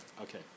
okay